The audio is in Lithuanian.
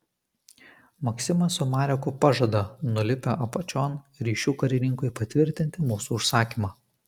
maksimas su mareku pažada nulipę apačion ryšių karininkui patvirtinti mūsų užsakymą